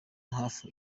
hafi